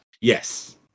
Yes